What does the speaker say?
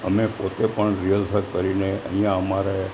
અમે પોતે પણ રિયલસર કરીને અહીંયા અમારે